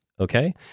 okay